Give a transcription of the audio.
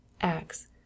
Acts